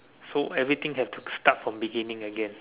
so everything have to start from beginning again